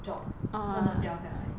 drop 真的掉下来